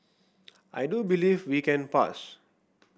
I do believe we can pass